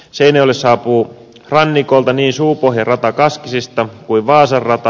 seinäjoelle saapuu rannikolta niin suupohjan rata kaskisista kuin vaasan rata